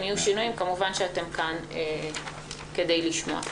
אם יהיו שינויים, כמובן אתם כאן כדי לשמוע.